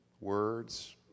words